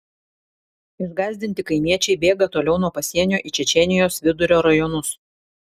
išgąsdinti kaimiečiai bėga toliau nuo pasienio į čečėnijos vidurio rajonus